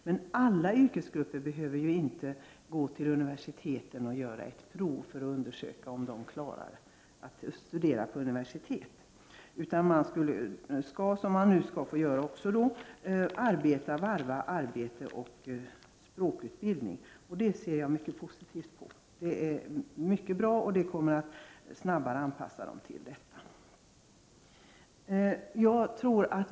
Men alla yrkesgrupper behöver inte göra ett prov för att undersöka om de klarar att studera vid universitet. Man skall kunna, som man redan nu kan, varva arbete med språkutbildning. Det ser jag mycket positivt på. Det är mycket bra och kommer att innebära en snabbare anpassning.